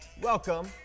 Welcome